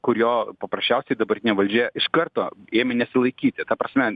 kurio paprasčiausiai dabartinė valdžia iš karto ėmė nesilaikyti ta prasme